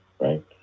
Right